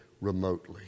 remotely